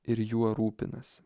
ir juo rūpinasi